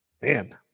man